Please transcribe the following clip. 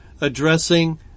addressing